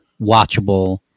watchable